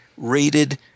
rated